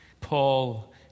Paul